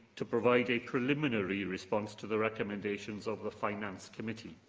to provide a preliminary response to the recommendations of the finance committee.